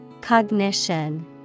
Cognition